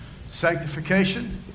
Sanctification